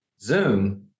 Zoom